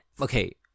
Okay